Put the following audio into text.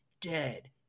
dead